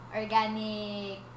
organic